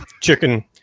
Chicken